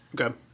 Okay